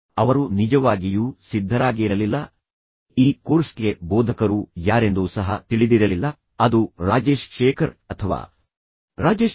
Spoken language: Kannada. ಅವರು ನಿಜವಾಗಿಯೂ ಸಿದ್ಧರಾಗಿರಲಿಲ್ಲ ಈ ಕೋರ್ಸ್ಗೆ ಬೋಧಕರು ಯಾರೆಂದು ಸಹ ತಿಳಿದಿರಲಿಲ್ಲ ಅದು ರಾಜೇಶ್ ಶೇಖರ್ ಅಥವಾ ರಾಜೇಶ್ಶ್ವರಿ